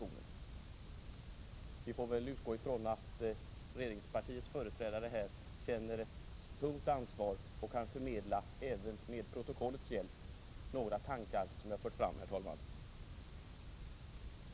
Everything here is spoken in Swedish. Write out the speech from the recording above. Men vi får väl utgå ifrån att regeringspartiets företrädare här känner ett tungt ansvar och kan förmedla, även med protokollets hjälp, några tankar som jag för fram, herr talman.